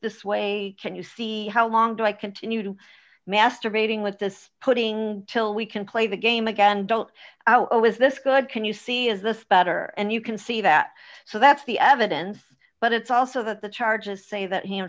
this way i can you see how long do i continue to masturbating with this putting till we can play the game again don't know is this good can you see is this better and you can see that so that's the evidence but it's also that the charges say that he in